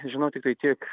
žinau tiktai tiek